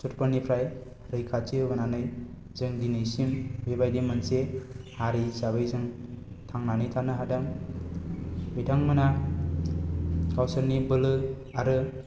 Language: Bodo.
सुथुरफोरनिफ्राय रैखाथि होबोनानै जों दिनैसिम बेबायदि मोनसे हारि हिसाबै जों थांनानै थानो हादों बिथांमोनहा गावसोरनि बोलो आरो